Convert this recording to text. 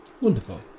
Wonderful